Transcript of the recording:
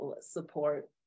support